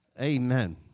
Amen